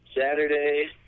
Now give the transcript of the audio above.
Saturday